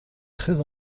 très